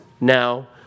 now